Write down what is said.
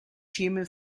human